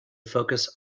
focus